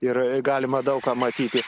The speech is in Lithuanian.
ir galima daug ką matyti